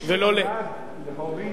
מי שנולד להורים